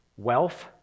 Wealth